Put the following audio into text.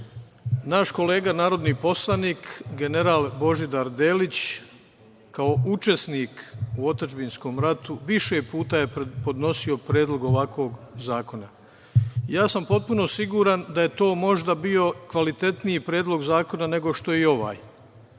naš kolega narodni poslanik, general Božidar Delić, kao učesnik u otadžbinskom ratu, više puta je podnosio predlog ovakvog zakona. Ja sam potpuno siguran da je to možda bio kvalitetniji predlog zakona nego što je ovaj,